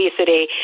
obesity